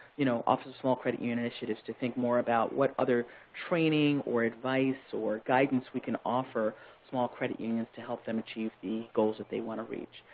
you know office of small credit union initiatives, to think more about what other training or advice or guidance we can offer small credit unions to help them achieve the goals that they want to reach.